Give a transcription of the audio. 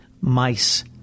mice